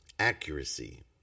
Accuracy